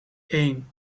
één